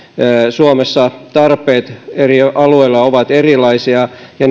suomessa tarpeet eri alueilla ovat erilaisia ja